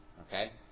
Okay